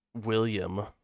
William